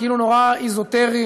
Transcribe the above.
כאילו נורא אזוטרי.